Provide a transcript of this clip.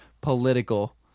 political